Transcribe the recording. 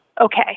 Okay